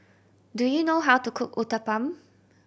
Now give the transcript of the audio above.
do you know how to cook Uthapam